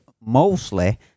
mostly